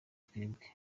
twebwe